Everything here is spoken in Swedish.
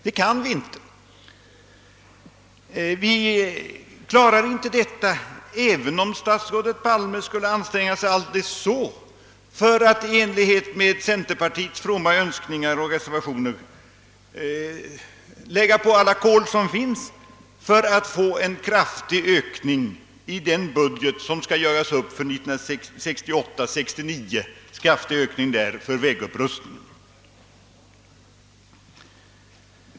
Det kan vi inte — vi klarar inte detta, även om statsrådet Palme skulle anstränga sig aldrig så mycket för att i enlighet med centerpartiets fromma önskningar och reservationer lägga på alla kol som finns för att få en kraftig ökning av anslagen för vägupprustning i den budget som skall göras upp för 1968/69.